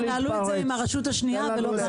תנהלו את זה עם הרשות השנייה ולא כאן בוועדה.